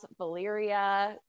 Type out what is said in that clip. Valyria